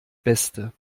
beste